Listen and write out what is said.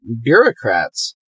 bureaucrats